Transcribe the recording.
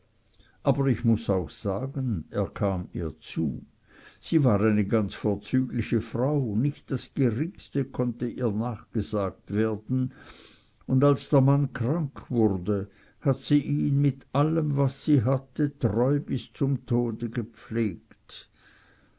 aber ich muß auch sagen er kam ihr zu sie war eine ganz vorzügliche frau nicht das geringste konnt ihr nachgesagt werden und als der mann krank wurde hat sie ihn mit allem was sie hatte treu bis zum tode gepflegt